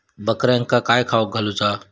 बकऱ्यांका काय खावक घालूचा?